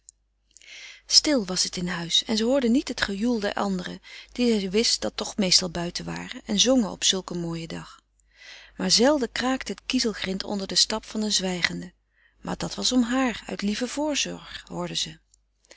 stil was het in huis en ze hoorde niet het gejoel der anderen die zij wist dat toch meestal buiten waren en zongen op zulk een mooien dag maar zelden kraakte t kiezelgrint onder den stap van een zwijgende maar dat was om haar uit lieve voorzorg hoorde ze